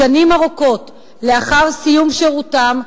שנים ארוכות לאחר סיום שירותם,